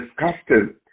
disgusted